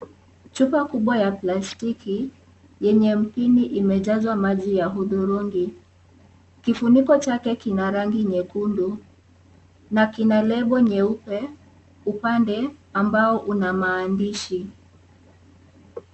Chupa kubwa ya plastiki yenye mbini imejazwa maji ya hudhurungi. Kifuniko chake kina rangi nyekundu na kina lebo nyeupe upande ambao una maandishi.